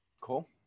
Cool